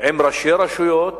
עם ראשי רשויות,